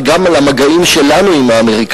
אבל גם על המגעים שלנו עם האמריקנים,